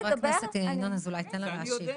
חבר הכנסת ינון אזולאי, תן לה להשיב.